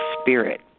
spirit